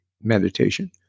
meditation